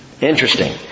Interesting